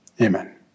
Amen